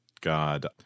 God